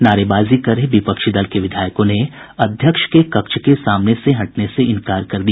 नारेबाजी कर रहे विपक्षी दल के विधायकों ने अध्यक्ष के कक्ष के सामने से हटने से इंकार कर दिया